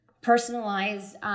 personalized